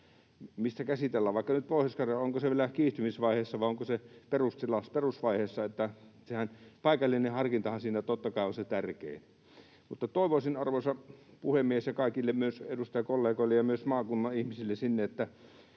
mitä käsitellään, vaikka nyt Pohjois-Karjala, vielä kiihtymisvaiheessa vai onko se perusvaiheessa — että paikallinen harkintahan siinä totta kai on se tärkein — niin toivoisin, arvoisa puhemies, ja myös kaikille edustajakollegoille ja maakunnan ihmisille sinne,